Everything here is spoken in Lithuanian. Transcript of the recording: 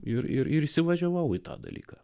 ir ir įsivažiavau į tą dalyką